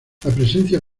presencia